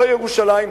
לא ירושלים,